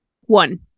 One